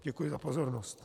Děkuji za pozornost.